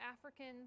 Africans